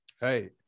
Hey